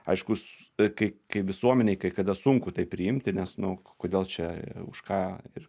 aiškūs kai kai visuomenei kai kada sunku tai priimti nes nu kodėl čia už ką ir